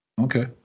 Okay